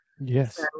Yes